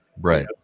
Right